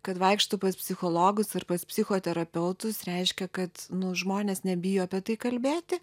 kad vaikšto pas psichologus ar pas psichoterapeutus reiškia kad nu žmonės nebijo apie tai kalbėti